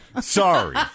Sorry